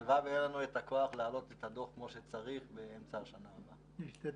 הלוואי שהיה לנו את הכוח להעלות את הדוח כמו שצריך באמצע השנה הבאה.